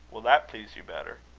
will that please you better?